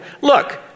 Look